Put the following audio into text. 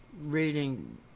reading